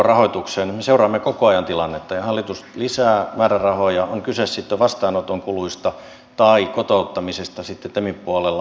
me seuraamme koko ajan tilannetta ja hallitus lisää määrärahoja on kyse sitten vastaanoton kuluista tai kotouttamisesta sitten temin puolella aikanaan